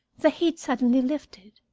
the heat suddenly lifted.